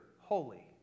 holy